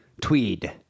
Tweed